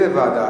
איזו ועדה,